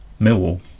Millwall